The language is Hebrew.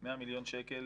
100 מיליון שקל